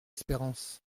espérance